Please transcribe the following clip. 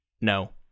no